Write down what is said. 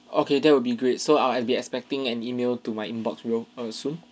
okay that will be great so I'll be expecting an email to my inbox real err soon